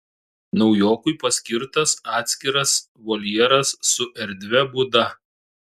naujokui paskirtas atskiras voljeras su erdvia būda